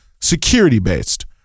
security-based